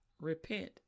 repent